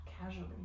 casually